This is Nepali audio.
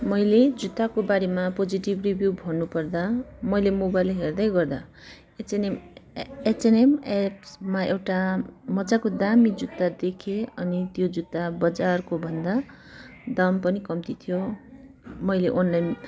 मैले जुत्ताको बारेमा पोजिटिभ रिभ्यु भन्नु पर्दा मैले मोबाइल हेर्दै गर्दा एचएनएम एचएनएम एप्समा एउटा मजाको दामी जुत्ता देखेँ अनि त्यो जुत्ता बजारको भन्दा दाम पनि कम्ती थियो मैले अनलाइन